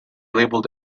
labeled